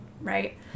Right